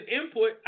input